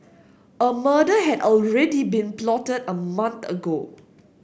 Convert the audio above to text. a murder had already been plotted a month ago